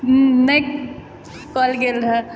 नहि कएल गेल रहय